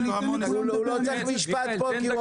הוא לא צריך משפט פה.